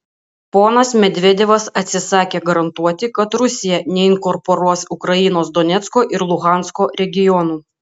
ponas medvedevas atsisakė garantuoti kad rusija neinkorporuos ukrainos donecko ir luhansko regionų